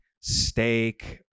steak